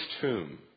tomb